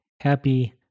happy